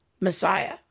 Messiah